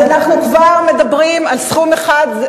אז אנחנו כבר מדברים על סכום אחד,